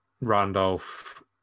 Randolph